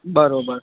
બરાબર